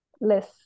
less